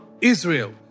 Israel